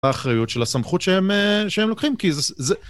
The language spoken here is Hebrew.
אחריות של הסמכות שהם לוקחים כי זה...